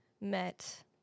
met